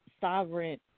sovereign